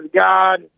God